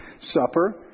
Supper